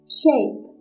shape